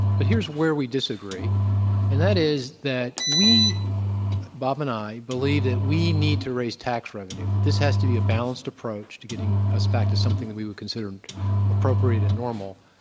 but here's where we disagree and that is that we bob and i believe that we need to raise tax revenue, that this has to be a balanced approach to getting us back to something that we would consider appropriate and normal.